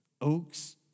oaks